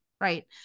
right